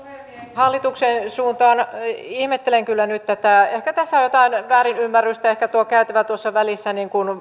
hallituksen suuntaan ihmettelen kyllä nyt tätä ehkä tässä on jotain väärinymmärrystä ehkä tuo käytävä tuossa välissä